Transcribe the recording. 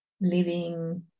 living